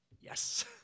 yes